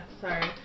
sorry